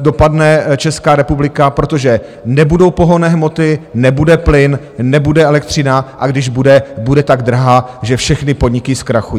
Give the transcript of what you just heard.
dopadne Česká republika, protože nebudou pohonné hmoty, nebude plyn, nebude elektřina, a když bude, bude tak drahá, že všechny podniky zkrachují.